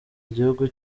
igihugu